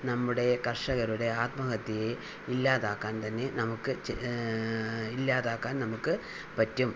നമ്മുടെ കർഷകരുടെ ആത്മഹത്യയെ ഇല്ലാതാക്കാൻ തന്നെ നമുക്ക് ഇല്ലാതാക്കാൻ നമുക്ക് പറ്റും